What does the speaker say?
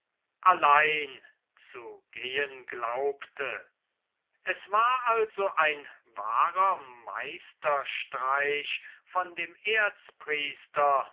allein zu gehen glaubte es war also ein wahrer meisterstreich von dem